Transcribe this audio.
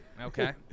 Okay